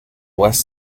west